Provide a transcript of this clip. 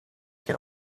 can